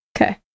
Okay